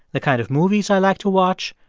the kind of movies i like to watch,